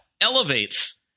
elevates